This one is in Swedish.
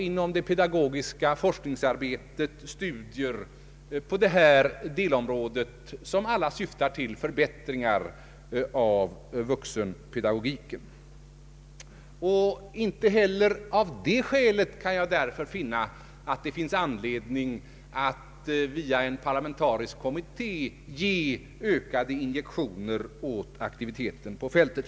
Inom det pedagogiska forskningsarbetet pågår studier på detta delområde som alla syftar till förbättringar av vuxenpedagogiken. Inte heller av det skälet kan jag därför finna anledning att via en parlamentarisk kommitté ge ökade injektioner åt aktiviteten på fältet.